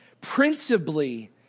principally